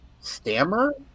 Stammer